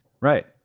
Right